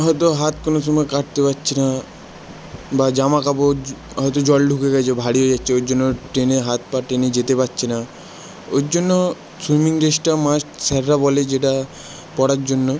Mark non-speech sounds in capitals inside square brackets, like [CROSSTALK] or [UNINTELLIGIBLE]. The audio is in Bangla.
হয়তো হাত কোনো সময় কাটাতে পারছে না বা জামা কাপড় [UNINTELLIGIBLE] হয়তো জল ঢুকে গিয়েছে ভারী হয়ে যাচ্ছে ওই জন্য টেনে হাত পা টেনে যেতে পারছে না ওর জন্য সুইমিং ড্রেসটা মাস্ট স্যাররা বলে যেটা পরার জন্য